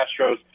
Astros